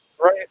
Right